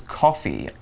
coffee